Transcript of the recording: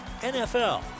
NFL